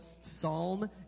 Psalm